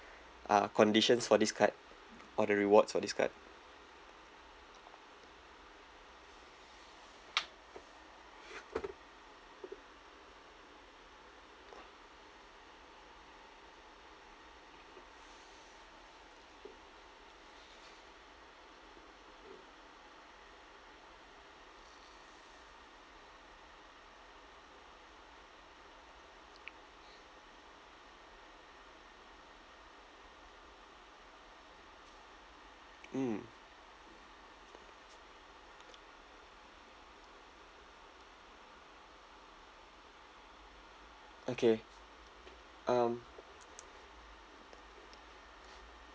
uh conditions for this card or the rewards for this card mm okay um